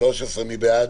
הסתייגות מס' 2. מי בעד